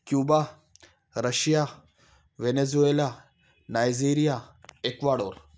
Cuba Russia Venezuela Nigeria ecuador